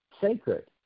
sacred